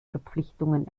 verpflichtungen